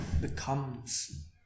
becomes